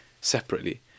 separately